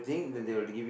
okay